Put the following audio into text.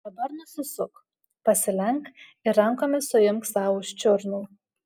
dabar nusisuk pasilenk ir rankomis suimk sau už čiurnų